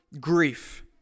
Grief